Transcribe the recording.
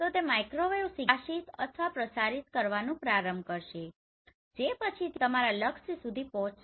તો તે માઇક્રોવેવ સિગ્નલને પ્રકાશિત અથવા પ્રસારિત કરવાનું પ્રારંભ કરશે જે પછીથી તમારા લક્ષ્ય સુધી પહોંચશે